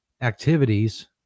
activities